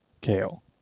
kale